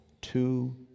two